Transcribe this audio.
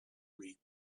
reap